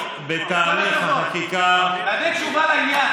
עם כל הכבוד, תענה תשובה לעניין.